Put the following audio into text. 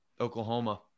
oklahoma